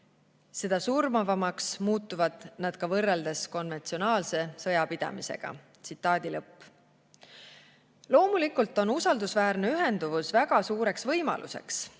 seda surmavamaks muutuvad nad aga võrreldes konventsionaalse sõjapidamisega."Loomulikult on usaldusväärne ühenduvus väga suur võimalus.